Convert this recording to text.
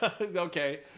Okay